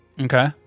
Okay